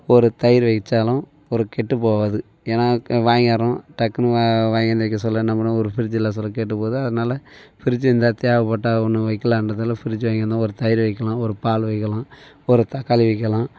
ஒரு தயிர் வச்சாலும் ஒரு கெட்டுப்போவாது ஏன்னா வாங்கியாறோம் டக்குனு வா வாங்கியாந்து வைக்க சொல்ல என்ன பண்ணுவோம் ஒரு ஃப்ரிட்ஜூ இல்லை சொல்ல கெட்டுப்போது அதனால ஃப்ரிட்ஜூ இருந்தால் தேவைப்பட்டால் ஒன்று வைக்கலான்றதால ஃப்ரிட்ஜூ வாங்கி இருந்தோம் ஒரு தயிர் வைக்கலாம் ஒரு பால் வைக்கலாம் ஒரு தக்காளி வைக்கலாம்